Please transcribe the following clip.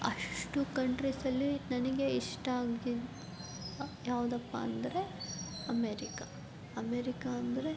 ಅಷ್ಟು ಕಂಟ್ರೀಸಲ್ಲಿ ನನಗೆ ಇಷ್ಟ ಆಗಿದ್ದು ಯಾವುದಪ್ಪ ಅಂದರೆ ಅಮೇರಿಕಾ ಅಮೇರಿಕಾ ಅಂದರೆ